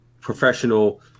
professional